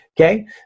Okay